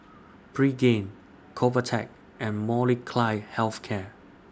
Pregain Convatec and Molnylcke Health Care